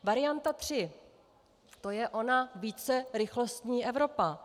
Varianta tři to je ona vícerychlostní Evropa.